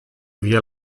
via